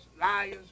liars